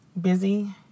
busy